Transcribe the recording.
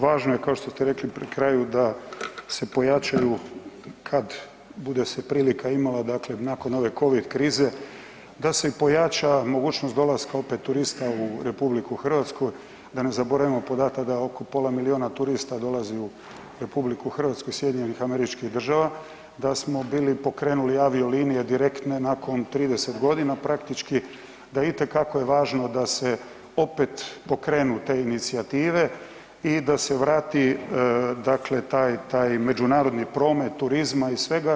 Važno je kao što ste rekli pri kraju da se pojačaju kad bude se prilika imala dakle nakon ove covid krize da se pojača mogućnost dolaska opet turista u RH, da ne zaboravimo podatak da oko pola milijuna turista dolazi u RH iz SAD-a, da smo bili pokrenuli aviolinije direktne nakon 30.g. praktički, da itekako je važno da se opet pokrenu te inicijative i da se vrati, dakle taj, taj međunarodni promet turizma i svega.